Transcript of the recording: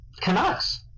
Canucks